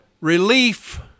relief